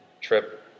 trip